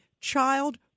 child